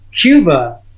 Cuba